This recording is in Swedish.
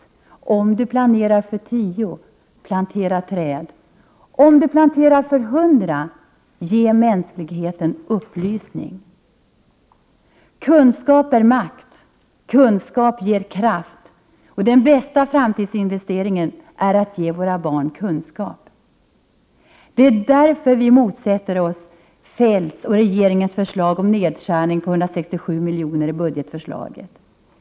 Om du planerar för tio, plantera träd. Om du planerar för hundra, ge mänskligheten upplysning. Kunskap är makt. Kunskap ger kraft. Den bästa framtidsinvesteringen är att ge våra barn kunskap. Det är därför vi motsätter oss finansministerns och regeringens förslag om nedskärningen på 167 milj.kr. i budgetförslaget.